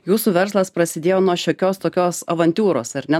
jūsų verslas prasidėjo nuo šiokios tokios avantiūros ar ne